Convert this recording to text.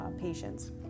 patients